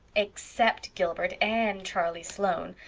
except gilbert and charlie sloane,